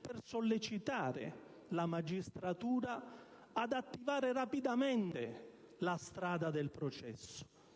per sollecitare la magistratura ad intraprendere rapidamente la strada del processo.